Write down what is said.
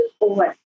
over